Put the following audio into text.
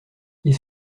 ils